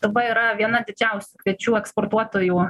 dabar yra viena didžiausių kviečių eksportuotojų